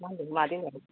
मा होनगोन मादै होन